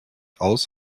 aus